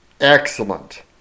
Excellent